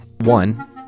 one